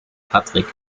patrick